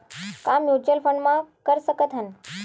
का mutual fund म कर सकत हन?